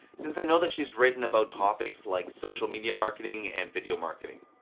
since i know that she's written about topics like social media marketing and video marketing.